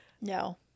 no